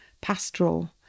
pastoral